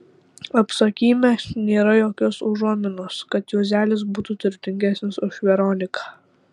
apsakyme nėra jokios užuominos kad juozelis būtų turtingesnis už veroniką